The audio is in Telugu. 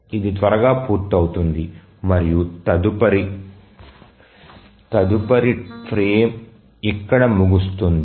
ఇది త్వరగా పూర్తవుతుంది మరియు తదుపరి ఫ్రేమ్ ఇక్కడ ముగుస్తుంది